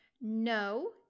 No